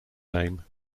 name